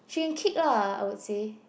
she can kick lah I would say